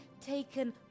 taken